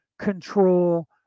control